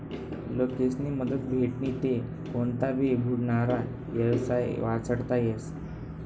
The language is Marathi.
लोकेस्नी मदत भेटनी ते कोनता भी बुडनारा येवसाय वाचडता येस